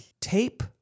tape